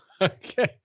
Okay